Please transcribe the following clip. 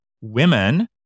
women